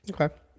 Okay